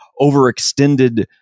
overextended